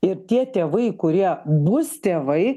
ir tie tėvai kurie bus tėvai